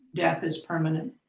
death is permanent.